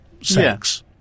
sex